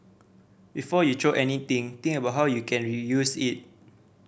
before you anything think about how you can reuse it